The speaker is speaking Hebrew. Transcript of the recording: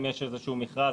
אם יש איזשהו מכרז,